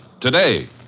today